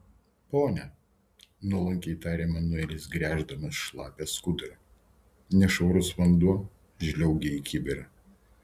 pone nuolankiai tarė manuelis gręždamas šlapią skudurą nešvarus vanduo žliaugė į kibirą